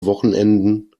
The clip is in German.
wochenenden